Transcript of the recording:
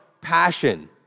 passion